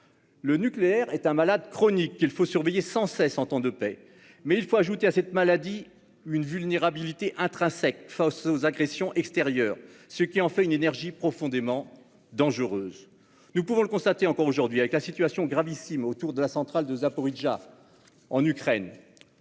Le nucléaire est un malade chronique, qu'il faut surveiller sans cesse en temps de paix. Mais il faut ajouter à cette maladie une vulnérabilité intrinsèque face aux agressions extérieures, ce qui en fait une énergie profondément dangereuse. Nous pouvons le constater encore aujourd'hui avec la situation gravissime autour de la centrale de Zaporijia, en Ukraine.